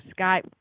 skype